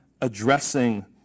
addressing